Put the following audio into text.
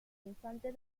infante